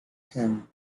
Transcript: him